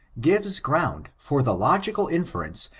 gives ground for the logical inference,